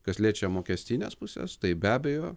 kas liečia mokestines pusės tai be abejo